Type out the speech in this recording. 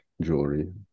jewelry